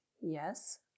yes